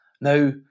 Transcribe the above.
now